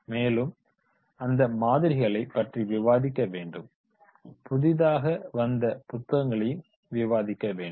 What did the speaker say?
மேலும் அந்த மாதிரிகளை பற்றி விவாதிக்க வேண்டும் புதிதாக வந்த புத்தகங்களையும் விவாதிக்க வேண்டும்